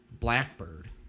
Blackbird